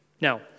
Now